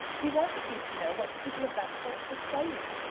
he wanted you to know what people of that sort were saying.